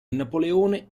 napoleone